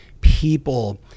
People